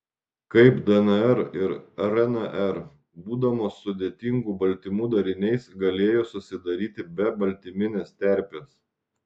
kaip dnr ir rnr būdamos sudėtingų baltymų dariniais galėjo susidaryti be baltyminės terpės